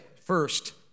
first